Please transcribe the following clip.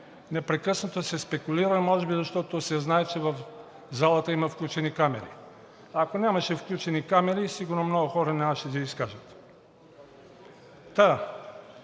непрекъснато се спекулира – може би, защото се знае, че в залата има включени камери. Ако нямаше включени камери, сигурно много хора нямаше да се изкажат.